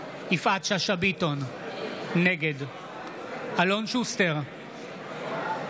יפעת שאשא ביטון, נגד אלון שוסטר,